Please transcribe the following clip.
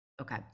Okay